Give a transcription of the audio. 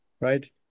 right